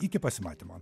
iki pasimatymo